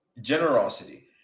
Generosity